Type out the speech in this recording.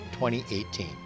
2018